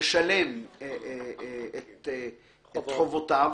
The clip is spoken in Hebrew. לשלם את חובותיו,